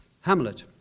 Hamlet